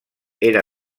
era